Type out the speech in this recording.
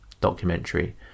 documentary